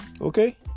okay